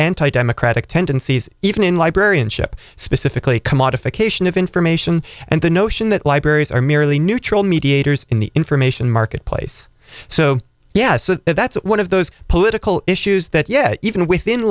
anti democratic tendencies even in librarianship specifically commodification of information and the notion that libraries are merely neutral mediators in the information marketplace so yeah so that's one of those political issues that yes even within